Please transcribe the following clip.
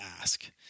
ask